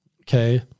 okay